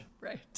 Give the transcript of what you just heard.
right